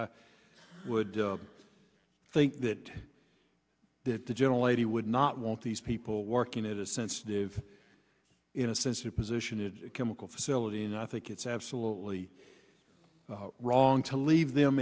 i would think that that the gentle lady would not want these people working at a sensitive in a sense a position it's a chemical facility and i think it's absolutely wrong to leave them